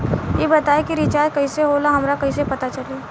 ई बताई कि रिचार्ज कइसे होला हमरा कइसे पता चली?